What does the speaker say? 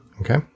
Okay